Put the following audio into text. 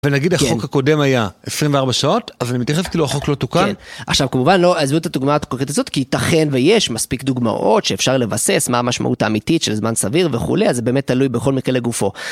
ונגיד החוק הקודם היה 24 שעות, אז אני מתייחס כאילו החוק לא תוקן. עכשיו כמובן לא, עזבו את הדוגמה... את תוכנית הזאת, כי ייתכן ויש מספיק דוגמאות שאפשר לבסס מה המשמעות האמיתית של זמן סביר וכולי, אז זה באמת תלוי בכל מקרה לגופו.